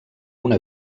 una